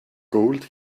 gold